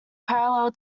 parallel